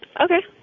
okay